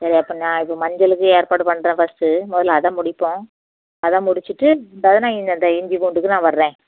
சரி அப்போ நாளைக்கு மஞ்சளுக்கு ஏற்பாடு பண்ணுறேன் ஃபஸ்டு முதல அதை முடிப்போம் அதை முடிச்சிட்டு இப்போ தான் நான் இந்த இஞ்சி பூண்டுக்கு நான் வரேன்